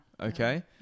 Okay